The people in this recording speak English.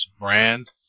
brand